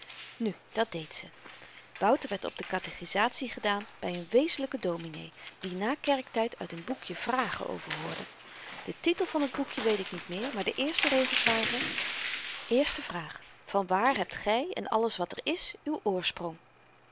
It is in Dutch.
nu dat deed ze wouter werd op de katechizatie gedaan by n wezenlyken dominee die na kerktyd uit n boekje vragen overhoorde den titel van t boekje weet ik niet meer maar de eerste regels waren eerste vraag vanwaar hebt gy en alles wat er is uw oorsprong